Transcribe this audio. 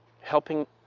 helping